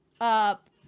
up